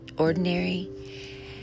ordinary